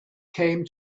came